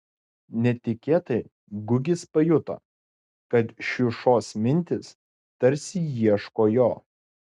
netikėtai gugis pajuto kad šiušos mintys tarsi ieško jo